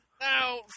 Now